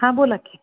हां बोला की